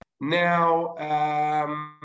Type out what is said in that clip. Now